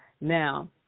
Now